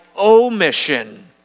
omission